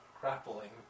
grappling